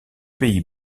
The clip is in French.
pays